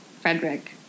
Frederick